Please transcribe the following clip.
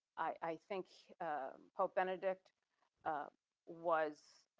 i think pope benedict was